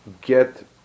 get